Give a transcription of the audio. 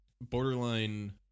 borderline